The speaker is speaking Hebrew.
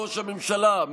ראש הממשלה,